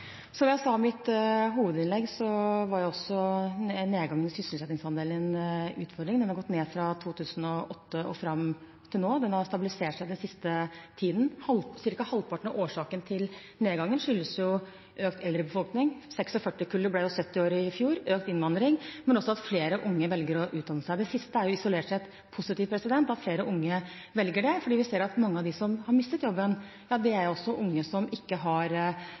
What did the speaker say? Som jeg sa i mitt hovedinnlegg, var også nedgang i sysselsettingsandelen en utfordring. Den har gått ned fra 2008 og fram til nå. Den har stabilisert seg den siste tiden. Cirka halvparten av årsaken til nedgangen er en økt eldre befolkning – 1946-kullet ble jo 70 år i fjor – og økt innvandring, men også at flere unge velger å utdanne seg. Det siste er jo isolert sett positivt – at flere unge velger det – fordi vi ser at mange av dem som har mistet jobben, er unge som ikke har